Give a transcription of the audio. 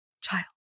child